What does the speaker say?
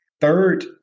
Third